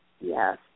Yes